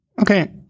Okay